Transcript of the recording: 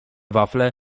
wafle